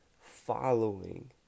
following